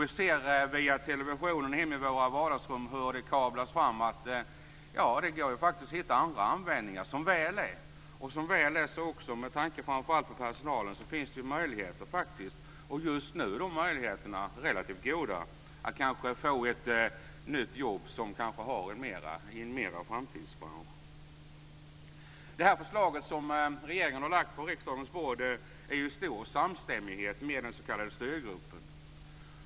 Vi ser i televisionen i våra vardagsrum hur det kablas fram att det faktiskt går att hitta andra användningar, som väl är. Som väl är, också med tanke på framför allt personalen, finns det faktiskt möjligheter - och just nu är möjligheterna relativt goda - att få ett nytt jobb som kanske är mer i en framtidsbransch. Det förslag som regeringen har lagt på riksdagens bord är ju i stor samstämmighet med den s.k. styrgruppen.